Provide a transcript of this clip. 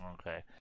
Okay